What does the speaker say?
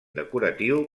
decoratiu